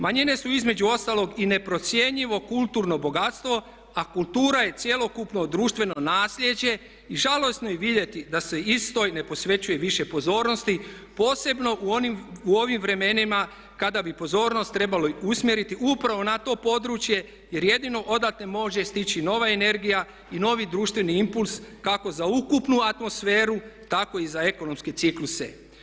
Manjine su između ostalog i neprocjenjivo kulturno bogatstvo, a kultura je cjelokupno društveno naslijeđe i žalosno je vidjeti da se istoj ne posvećuje više pozornosti posebno u ovim vremenima kada bi pozornost trebali usmjeriti upravo na to područje jer jedino odatle može stići nova energija i novi društveni impuls kako za ukupnu atmosferu, tako i za ekonomske cikluse.